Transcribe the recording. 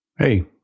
Hey